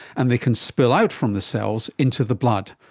and they can spill out from the cells into the blood.